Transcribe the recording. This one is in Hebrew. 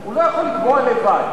הוא לא יכול לקבוע לבד.